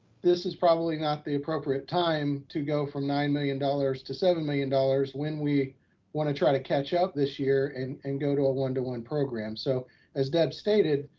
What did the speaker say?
this is probably not the appropriate time to go from nine million dollars to seven million dollars when we want to try to catch up this year and and go to a one one program. so as deb stated,